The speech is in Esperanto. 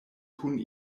kun